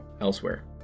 elsewhere